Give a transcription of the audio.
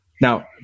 Now